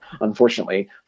unfortunately